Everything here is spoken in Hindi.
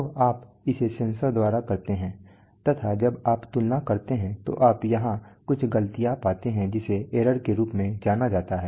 तो आप इसे सेंसर द्वारा करते हैं तथा जब आप तुलना करते हैं तो आप यहां कुछ गलतियां पाते हैं जिसे एरर के रूप में जाना जाता है